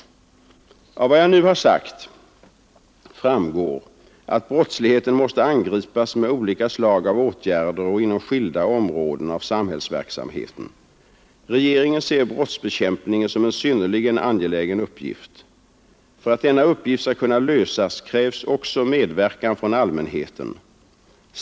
Av vad jag nu har sagt framgår att brottsligheten måste angripas med olika slag av åtgärder och inom skilda områden av samhällsverksamheten. Regeringen ser brottsbekämpningen som en synnerligen angelägen uppgift. För att denna uppgift skall lösas krävs också medverkan från allmänheten.